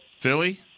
Philly